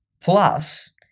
plus